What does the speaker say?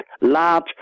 large